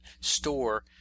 store